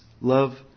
love